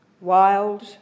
wild